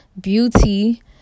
Beauty